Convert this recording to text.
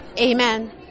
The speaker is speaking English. Amen